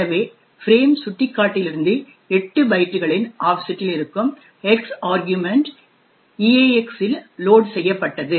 எனவே ஃபிரேம் சுட்டிக்காட்டியிலிருந்து 8 பைட்டுகளின் ஆஃப்செட்டில் இருக்கும் X ஆர்க்யுமன்ட் EAX இல் லோட் செய்யப்பட்டது